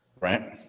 right